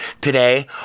today